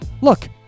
look